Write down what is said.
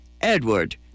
Edward